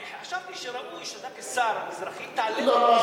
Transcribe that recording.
חשבתי שראוי שאתה, כשר מזרחי, תעלה את